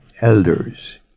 elders